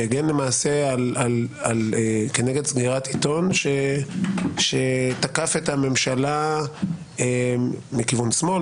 שהגן למעשה כנגד סגירת עיתון שתקף את הממשלה מכיוון שמאל,